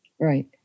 Right